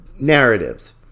narratives